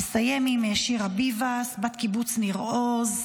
נסיים עם שירי ביבס, בת קיבוץ ניר עוז.